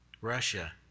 Russia